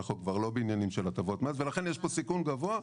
אנחנו כבר לא בעניינים של הטבות מס ולכן יש פה סיכון גבוה.